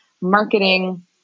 marketing